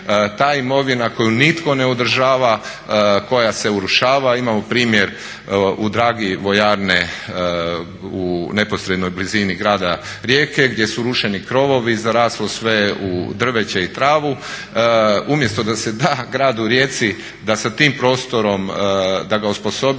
ta imovina koju nitko ne održava, koja se urušava imamo primjer u Dragi vojarne u neposrednoj blizini Grada Rijeke gdje su urušeni krovovi, zaraslo sve u drveće i travu umjesto da se da Gradu Rijeci da sa tim prostorom, da ga osposobi,